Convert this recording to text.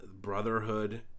brotherhood